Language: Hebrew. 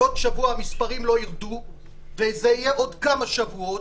עוד שבוע המספרים לא ירדו וזה יהיה עוד כמה שבועות.